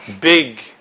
big